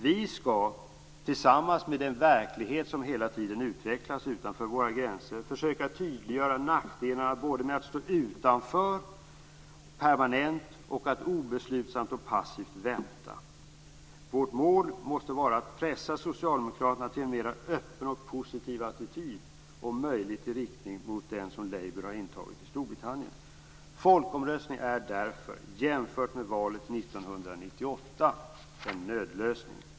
Vi skall, tillsammans med den verklighet som hela tiden utvecklas utanför våra gränser, försöka tydliggöra nackdelarna både med att permanent stå utanför och med att obeslutsamt och passivt vänta. Vårt mål måste vara att pressa Socialdemokraterna till en mer öppen och positiv attityd, om möjligt i riktning mot den som Labour har intagit i Storbritannien. Folkomröstning är därför, jämfört med valet 1998, en nödlösning.